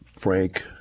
Frank